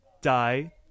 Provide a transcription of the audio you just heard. die